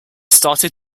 started